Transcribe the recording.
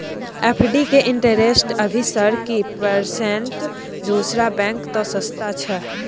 FD के interest अभी sir की परसेंट दूसरा बैंक त सस्ता छः?